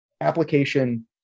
application